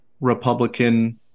Republican